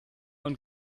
und